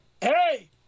Hey